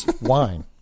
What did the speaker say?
wine